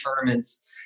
tournaments